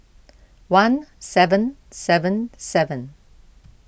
one seven seven seven